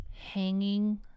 hanging